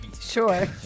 Sure